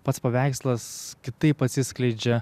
pats paveikslas kitaip atsiskleidžia